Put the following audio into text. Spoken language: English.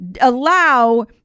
allow